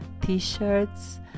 T-shirts